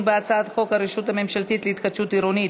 בהצעת חוק הרשות הממשלתית להתחדשות עירונית,